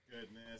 Goodness